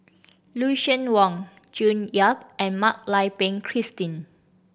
Lucien Wang June Yap and Mak Lai Peng Christine